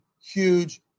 huge